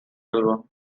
album